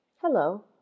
Hello